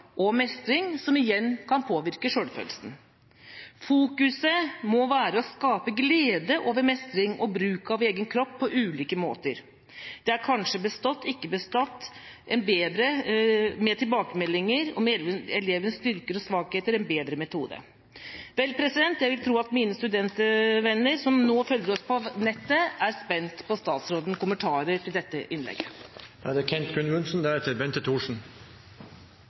og mestring, noe som igjen kan påvirke selvfølelsen. Fokuset må være på å skape glede over mestring og bruk av egen kropp på ulike måter. Da er kanskje bestått/ikke bestått, med tilbakemeldinger om elevens styrker og svakheter, en bedre metode. Jeg vil tro at mine studentvenner, som nå følger oss på nettet, er spent på statsrådens kommentarer til dette